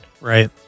Right